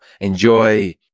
Enjoy